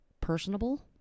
personable